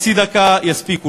חצי דקה תספיק לי.